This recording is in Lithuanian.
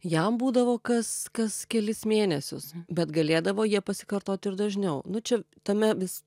jam būdavo kas kas kelis mėnesius bet galėdavo jie pasikartot ir dažniau nu čia tame vis